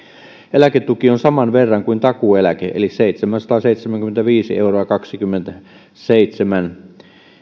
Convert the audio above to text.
eläketuki on saman verran kuin takuueläke eli seitsemänsataaseitsemänkymmentäviisi euroa kaksikymmentäseitsemän